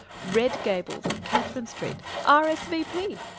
red gables, catherine street. r. s. v. p.